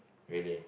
really